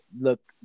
look